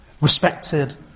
respected